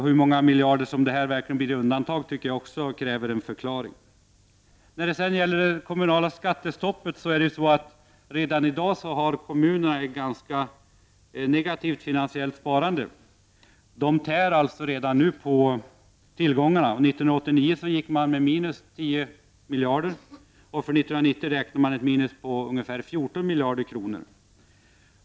Hur många miljarder som det här verkligen blir i undantag tycker jag också är någonting som kräver en förklaring. Beträffande det kommunala skattestoppet vill jag säga att kommunerna redan i dag har ett negativt finansiellt sparande. De tär alltså redan nu på tillgångarna. År 1989 hade man ett minus på 10 miljarder, och för 1990 räknar man med ett minus på ungefär 14 miljarder kronor.